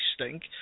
stink